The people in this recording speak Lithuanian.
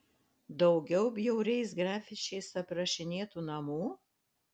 daugiau bjauriais grafičiais aprašinėtų namų